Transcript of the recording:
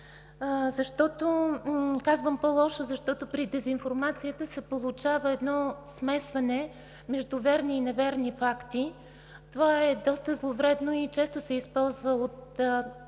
Казвам „по-лошо“, защото при дезинформацията се получава смесване между верни и неверни факти. Това е доста зловредно и често се използва от, да